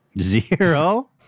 Zero